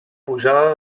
pujada